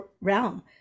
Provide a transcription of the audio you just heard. realm